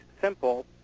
simple